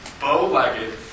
bow-legged